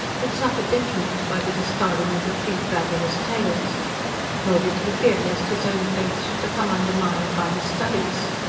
would suffer detriment by the discarding of a few fabulous tales nor did he fear lest his own faith should become undermined by his studies.